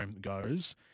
goes